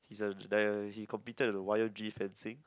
he's a uh he competed with the y_o_g fencing